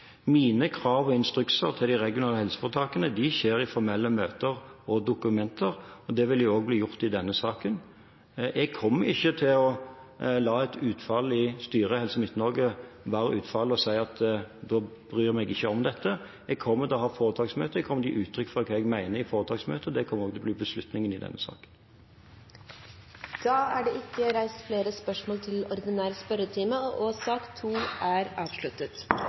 Mine krav og instrukser til de regionale helseforetakene skjer i formelle møter og dokumenter, og det vil også bli gjort i denne saken. Jeg kommer ikke til å la et utfall i styret i Helse Midt-Norge være utfall og si at jeg bryr meg ikke om dette. Jeg kommer til å ha foretaksmøte, jeg kommer til å gi uttrykk for det jeg mener, i foretaksmøtet, og det kommer også til å bli beslutningen i denne saken. Da er det ikke reist flere spørsmål til ordinær spørretime, og sak nr. 2 er avsluttet.